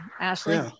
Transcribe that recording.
Ashley